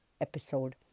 episode